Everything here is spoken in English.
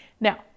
Now